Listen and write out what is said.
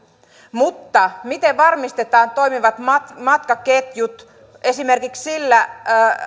mutta miten varmistetaan toimivat matkaketjut esimerkiksi sillä